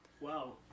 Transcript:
Wow